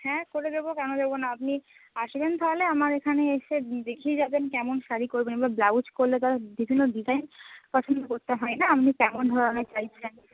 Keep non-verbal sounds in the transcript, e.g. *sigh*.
হ্যাঁ করে দেবো কেন দেবো না আপনি আসবেন তাহলে আমার এখানে এসে দেখিয়ে যাবেন কেমন শাড়ি করবেন এবার ব্লাউজ করলে তো *unintelligible* বিভিন্ন ডিজাইন পছন্দ করতে হয় না আপনি কেমন ধরনের চাইছেন